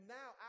now